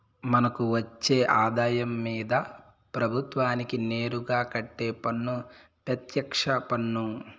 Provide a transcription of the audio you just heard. మనకు వచ్చే ఆదాయం మీద ప్రభుత్వానికి నేరుగా కట్టే పన్ను పెత్యక్ష పన్ను